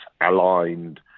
aligned